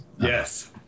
Yes